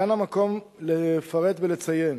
כאן המקום לפרט ולציין